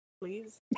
please